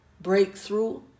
breakthrough